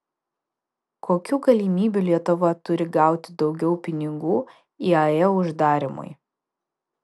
kokių galimybių lietuva turi gauti daugiau pinigų iae uždarymui